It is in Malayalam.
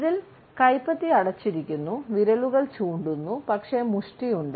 ഇതിൽ കൈപ്പത്തി അടച്ചിരിക്കുന്നു വിരലുകൾ ചൂണ്ടുന്നു പക്ഷേ മുഷ്ടി ഉണ്ട്